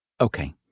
Okay